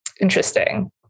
Interesting